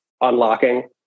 unlocking